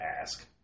ask